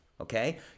okay